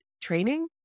training